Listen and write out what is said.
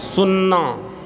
शुन्ना